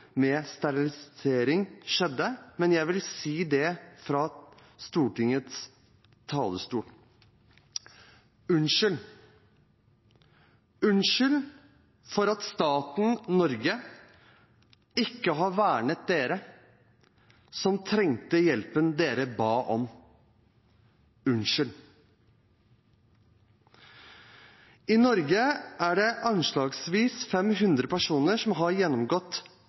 med sterilisering skjedde, men jeg vil si fra Stortingets talerstol: Unnskyld. Unnskyld for at staten Norge ikke har vernet dere som trengte hjelpen dere ba om. Unnskyld. I Norge er det anslagsvis 500 personer som har gjennomgått